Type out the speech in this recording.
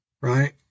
right